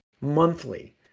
Monthly